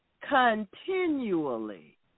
continually